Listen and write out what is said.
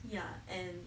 ya and